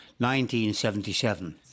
1977